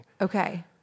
Okay